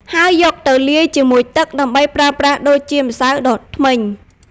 ហើយយកទៅលាយជាមួយទឹកដើម្បីប្រើប្រាស់ដូចជាម្សៅដុសធ្មេញ។